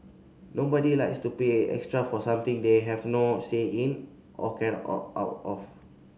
nobody likes to pay extra for something they have no say in or cannot opt out of